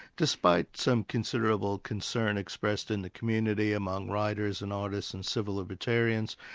despite some considerable concern expressed in the community among writers and artists and civil libertarians,